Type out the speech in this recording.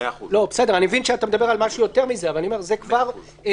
אני מבין שאתה מדבר על משהו יותר מזה אבל אני אומר שזה כבר מענה מסוים.